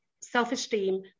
self-esteem